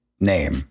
Name